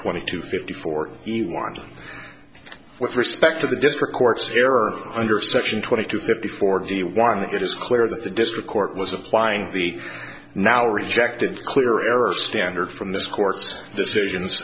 twenty two fifty four he won with respect to the district court's error under section twenty two fifty forty one it is clear that the district court was applying the now rejected clear error standard from this court's decisions